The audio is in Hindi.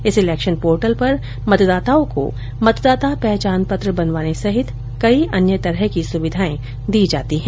इस इलेक्शन पोर्टल पर मतदाताओं को मतदाता पहचान पत्र बनवाने सहित कई अन्य प्रकार की सुविधाएं दी जाती है